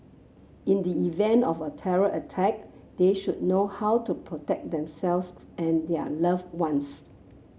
in the event of a terror attack they should know how to protect themselves and their loved ones